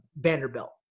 Vanderbilt